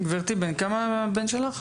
גברתי, בן כמה הבן שלך?